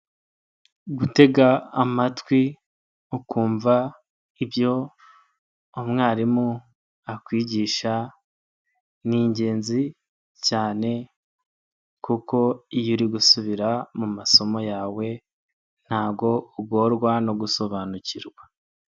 Gutega amatwi ukumva ibyo umwarimu akwigisha ni ingenzi cyane kuko iyo uri gusubira mu masomo yawe ntabwo ugorwa no gusobanukirwa.